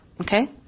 Okay